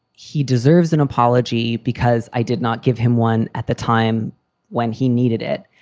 he deserves an apology because i did not give him one at the time when he needed it,